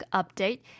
update